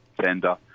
tender